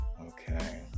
okay